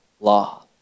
law